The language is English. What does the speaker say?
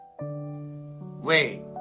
Wait